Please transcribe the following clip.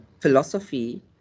philosophy